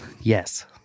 Yes